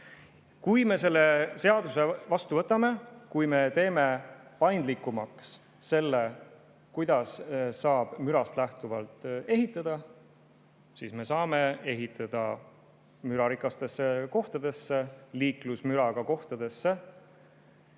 Kui me selle seaduse vastu võtame, kui me teeme paindlikumaks selle, kuidas saab mürast lähtuvalt ehitada, siis me saame ehitada mürarikastesse kohtadesse, liiklusmüraga kohtadesse.